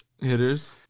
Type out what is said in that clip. Hitters